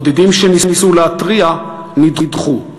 הבודדים שניסו להתריע נדחו.